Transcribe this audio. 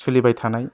सोलिबाय थानाय